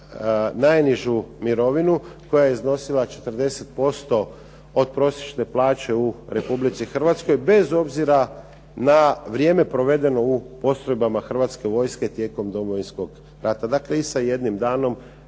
najnižu mirovinu, koja je iznosila 40% od prosječne plaće u Republici Hrvatskoj, bez obzira na vrijeme provedeno u postrojbama Hrvatske vojske tijekom Domovinskog rata. Dakle i sa jednim danom